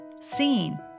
seen